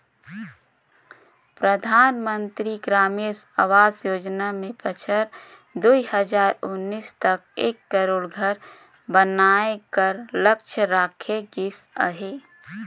परधानमंतरी ग्रामीण आवास योजना में बछर दुई हजार उन्नीस तक एक करोड़ घर बनाए कर लक्छ राखे गिस अहे